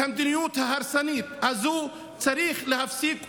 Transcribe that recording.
את המדיניות ההרסנית הזו צריך להפסיק ומייד.